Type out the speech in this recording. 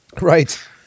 Right